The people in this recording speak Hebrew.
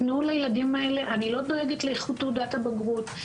תנו לילדים האלה אני לא דואגת לאיכות תעודת הבגרות,